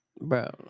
Bro